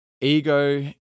ego